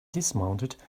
dismounted